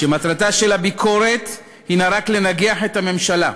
כשמטרתה של הביקורת היא רק לנגח את הממשלה,